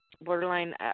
borderline